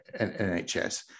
NHS